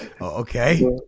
Okay